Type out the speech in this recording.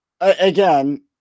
again